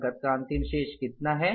नकद का अंतिम शेष कितना है